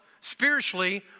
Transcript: spiritually